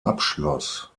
abschloss